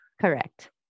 Correct